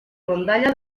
rondalla